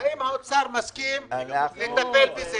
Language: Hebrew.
האם האוצר מסכים לטפל בזה?